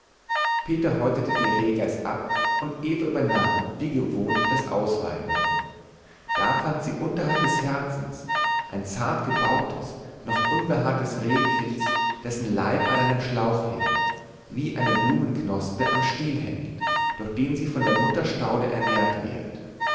peter häutete die rehgeiß ab und eva übernahm wie gewohnt das ausweiden da fand sie unterhalb des herzens ein zart gebautes noch unbehaartes rehkitz dessen leib an einem schlauch hing wie eine blumenknospe am stiel hängt durch den sie von der mutterstaude ernährt wird